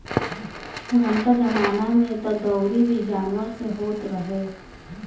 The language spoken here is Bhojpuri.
पुरनका जमाना में तअ दवरी भी जानवर से होत रहे